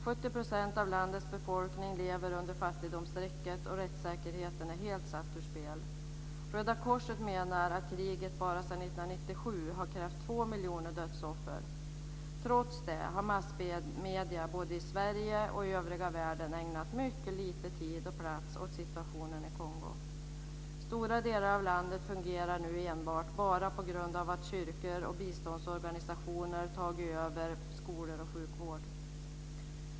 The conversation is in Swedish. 70 % av landets befolkning lever under fattigdomsstrecket, och rättssäkerheten är helt satt ur spel. Röda Korset menar att kriget bara sedan 1997 har krävt två miljoner dödsoffer. Trots det har massmedier både i Sverige och i övriga världen ägnat mycket lite tid och plats åt situationen i Kongo. Stora delar av landet fungerar nu enbart på grund av att kyrkor och biståndsorgansationer har övertagit skolor och sjukvård.